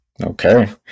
Okay